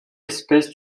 espèce